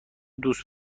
دوست